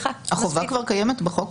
החובה כבר קיימת בחוק.